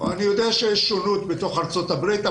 אני יודע שיש שונות בתוך ארצות הברית.